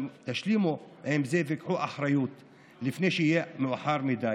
תשלימו עם זה וקחו אחריות לפני שיהיה מאוחר מדי.